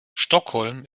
stockholm